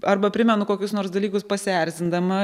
arba primenu kokius nors dalykus pasierzindama